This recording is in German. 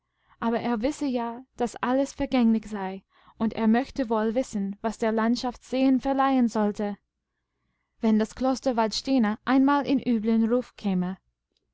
aber er wisse ja daß alles vergänglich sei und er möchte wohl wissen was der landschaft ansehen verleihen sollte wenn das kloster vadstena einmal in üblenrufkäme